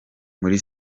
muri